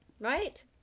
Right